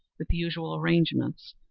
with the usual arrangements,